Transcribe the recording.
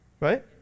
Right